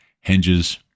hinges